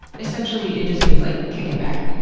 essentially, it just means, like, kicking back.